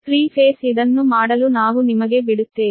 3 ಹಂತ ಇದನ್ನು ಮಾಡಲು ನಾವು ನಿಮಗೆ ಬಿಡುತ್ತೇವೆ